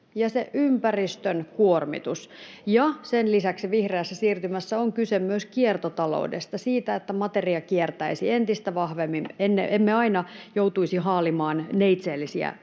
välihuuto] Ja sen lisäksi vihreässä siirtymässä on kyse myös kiertotaloudesta, siitä että materia kiertäisi entistä vahvemmin, niin ettemme aina joutuisi haalimaan neitseellisiä